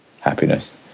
happiness